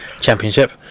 Championship